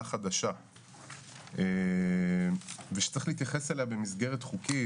חדשה ושצריך להתייחס אליה במסגרת חוקית,